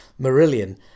Marillion